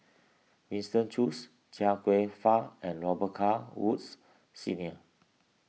Winston Choos Chia Kwek Fah and Robet Carr Woods Senior